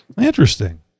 Interesting